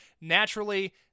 Naturally